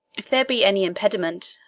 if there be any impediment,